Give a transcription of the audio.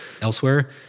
elsewhere